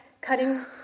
cutting